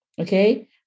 Okay